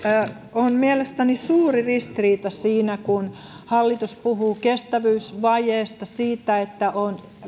on mielestäni suuri ristiriita siinä kun hallitus puhuu kestävyysvajeesta siitä että on